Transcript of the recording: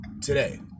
today